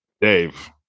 Dave